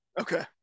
Okay